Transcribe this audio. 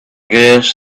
guess